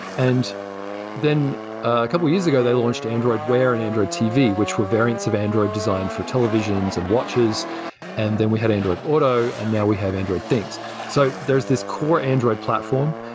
then a couple years ago, they launched android wear and android tv, which were variants of android designed for televisions and watches and then we had android auto and now we have android things so there's this core android platform.